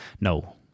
No